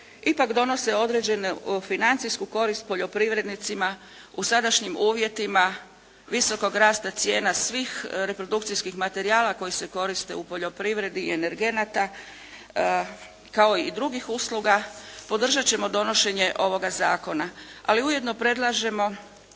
ipak donose određenu financijsku korist poljoprivrednicima u sadašnjim uvjetima visokog rasta cijena svih reprodukcijskih materijala koji se koriste u poljoprivredi i energenata, kao i drugih usluga, podržat ćemo donošenje ovoga zakona, ali ujedno predlažemo